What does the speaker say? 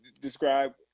Describe